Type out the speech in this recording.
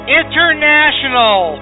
international